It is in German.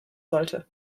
sollte